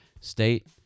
state